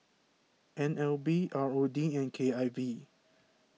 N L B R O D and K I V